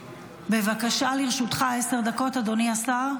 בבקשה, לרשותך עשר דקות, אדוני השר.